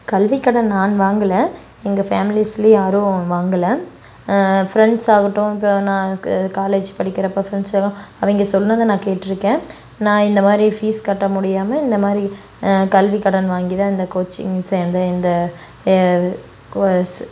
கல்விக்கடன் நான் வாங்கலை எங்கள் ஃபேம்லிஸ்லியும் யாரும் வாங்கலை ஃப்ரெண்ட்ஸ் ஆகட்டும் இப்போ நான் கு காலேஜ் படிக்கிறப்போ ஃப்ரெண்ட்ஸ் எல்லாம் அவங்க சொன்னதை நான் கேட்டிருக்கேன் நான் இந்த மாதிரி ஃபீஸ் கட்ட முடியாமல் இந்த மாதிரி கல்விக்கடன் வாங்கி தான் இந்த கோச்சிங் சேர்ந்தேன் இந்த எ கோர்ஸ்